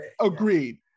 Agreed